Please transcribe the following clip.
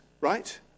right